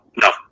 No